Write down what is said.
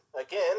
again